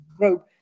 rope